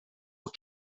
aux